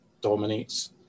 dominates